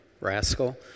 rascal